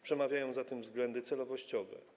Przemawiają za tym względy celowościowe.